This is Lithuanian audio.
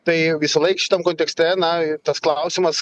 tai visąlaik šitam kontekste na tas klausimas